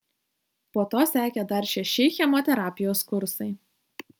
po to sekė dar šeši chemoterapijos kursai